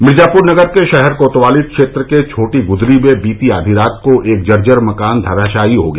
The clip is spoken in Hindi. मिर्जापुर नगर के शहर कोतवाली क्षेत्र के छोटी गुदरी में बीती आधी रात को एक जर्जर मकान धराशायी हो गया